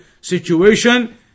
situation